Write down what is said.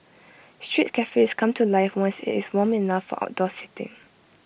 street cafes come to life once IT is warm enough for outdoor seating